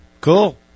Cool